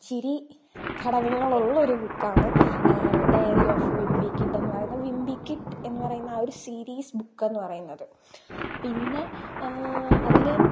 ചിരി ഘടകങ്ങൾ ഉള്ളൊരു ബുക്കാണ് ഡയറി ഓഫ് വിംബി കിഡ് എന്നു പറയുന്നത് വിംബി കിഡ് എന്ന് പറയുന്ന ഒരു സീരീസ് ബുക്കെന്നു പറയുന്നത് പിന്നെ അതിൽ